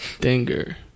Dinger